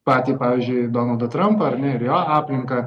patį pavyzdžiui donaldą trampą ar ne ir jo aplinką